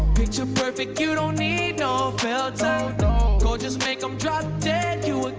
picture perfect you don't need no filter gorgeous make them drop dead you